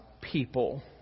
people